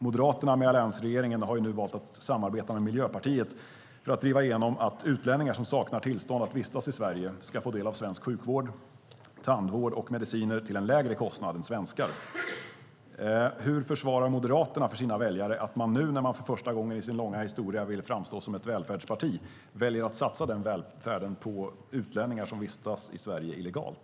Moderaterna med alliansregeringen har nu valt att samarbeta med Miljöpartiet för att driva igenom att utlänningar som saknar tillstånd i Sverige ska få del av svensk sjukvård, tandvård och mediciner till en lägre kostnad än svenskar. Hur försvarar Moderaterna för sina väljare att man nu när man för första gången i sin långa historia vill framställas som ett välfärdsparti väljer att satsa den välfärden på utlänningar som vistas i Sverige illegalt?